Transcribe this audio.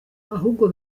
ahubwo